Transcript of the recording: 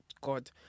God